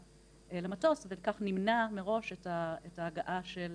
לעלייה למטוס, וכך נמנע מראש את ההגעה של